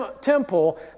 temple